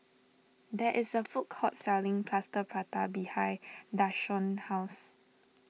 there is a food court selling Plaster Prata behind Deshawn's house